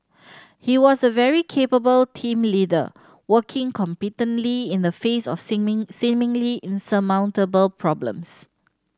he was a very capable team leader working competently in the face of seeming seemingly insurmountable problems